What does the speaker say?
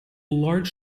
large